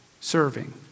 serving